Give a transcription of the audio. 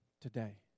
today